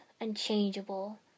unchangeable